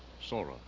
Sora